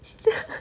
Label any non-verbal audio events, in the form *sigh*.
*laughs*